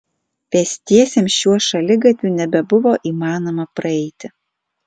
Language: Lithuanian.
pėstiesiems šiuo šaligatviu nebebuvo įmanoma praeiti